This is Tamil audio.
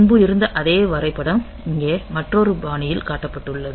முன்பு இருந்த அதே வரைபடம் இங்கே மற்றொரு பாணியில் காட்டப்பட்டுள்ளது